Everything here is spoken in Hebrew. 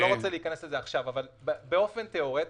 לא רוצה להיכנס לזה עכשיו, אבל באופן תאורטי,